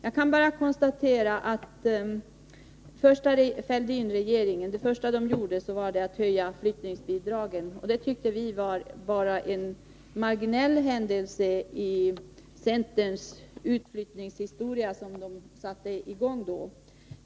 Jag kan bara konstatera att det första som den första Fälldinregeringen gjorde var att höja flyttningsbidragen. Det tyckte vi var bara en marginell händelse i centerns utflyttningshistoria, som började då.